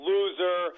Loser